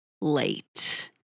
late